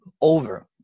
over